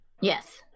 Yes